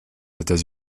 états